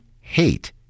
hate